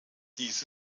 dies